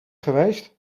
geweest